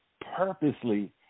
purposely